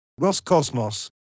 Roscosmos